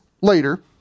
later